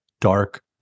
dark